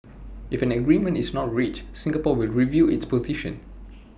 if an agreement is not reached Singapore will review its position